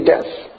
death